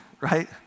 right